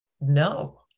no